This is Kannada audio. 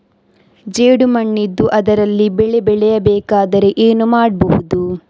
ಜೇಡು ಮಣ್ಣಿದ್ದು ಅದರಲ್ಲಿ ಬೆಳೆ ಬೆಳೆಯಬೇಕಾದರೆ ಏನು ಮಾಡ್ಬಹುದು?